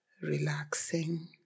relaxing